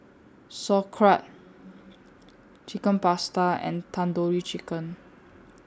Sauerkraut Chicken Pasta and Tandoori Chicken